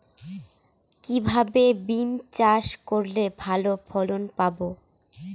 কিভাবে বিম চাষ করলে ভালো ফলন পাব?